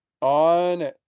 on